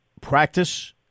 practice